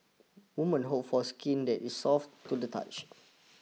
woman hope for skin that is soft to the touch